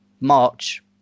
March